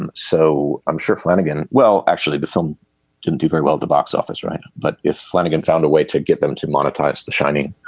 and so i'm sure. flanagan well actually the film didn't do very well at the box office right. but if flanagan found a way to get them to monetize the shining